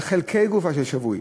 חלקי גופה של שבוי,